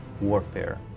warfare